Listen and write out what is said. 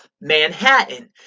Manhattan